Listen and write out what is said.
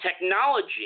technology